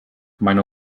meine